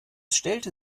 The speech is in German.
stellte